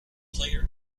player